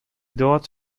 dort